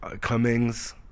Cummings